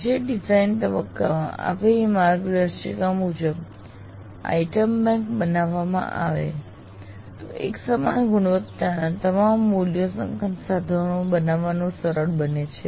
જો ડિઝાઇન તબક્કામાં આપેલી માર્ગદર્શિકા મુજબ આઇટમ બેંક બનાવવામાં આવે તો એકસમાન ગુણવત્તાના તમામ મૂલ્યાંકન સાધનો બનાવવાનું સરળ બને છે